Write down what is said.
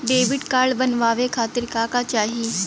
Debit card बनवावे खातिर का का चाही?